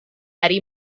eddie